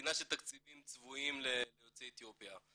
ונתינה של תקציבים צבועים ליוצאי אתיופיה,